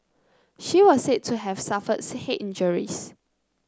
she was said to have suffered head injuries